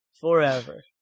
forever